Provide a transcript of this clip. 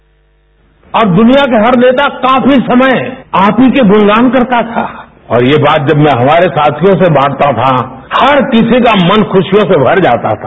bite अब दुनिया के हर नेता काफी समय आप ही के गुणगान करता था और ये बात जब मैं हमारे साथियों से बांटता था हर किसी का मन खुशियों से भर जाता था